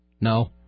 No